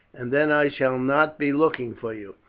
and then i shall not be looking for you.